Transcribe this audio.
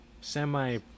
semi